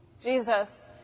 Jesus